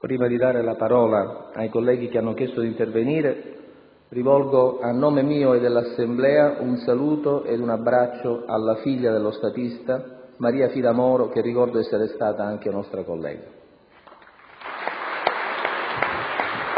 Prima di dare la parola ai colleghi che hanno chiesto di intervenire, rivolgo a nome mio e dell'Assemblea un saluto ed un abbraccio alla figlia dello statista Maria Fida Moro, che ricordo essere stata anche nostra collega.